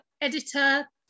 editor